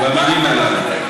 במילים הללו.